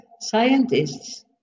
scientists